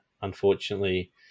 unfortunately